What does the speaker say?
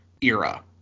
era